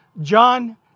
John